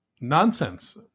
nonsense